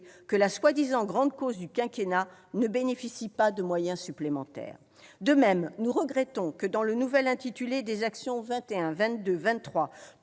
que la prétendue grande cause du quinquennat ne bénéficie pas de moyens supplémentaires. De même, nous regrettons que, dans le nouvel intitulé des actions n 21, 22 et 23,